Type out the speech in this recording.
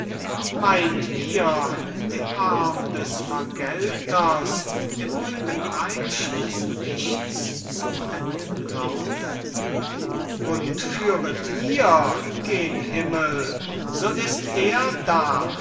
meynt ihr dem arm des vergelters im öden reich des nichts zu entlaufen und führet ihr gen himmel so ist er da